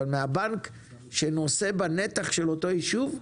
אבל מן הבנק שנושא בנתח של אותו ישוב,